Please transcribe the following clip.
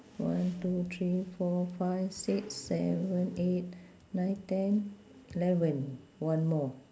one two three four five six seven eight nine ten eleven one more